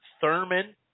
thurman